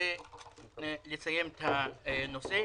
כדי לסיים את הנושא.